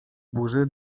burzy